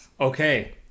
Okay